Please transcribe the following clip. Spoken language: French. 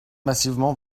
massivement